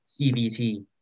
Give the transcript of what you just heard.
CVT